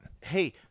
Hey